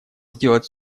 сделать